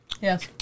Yes